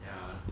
ya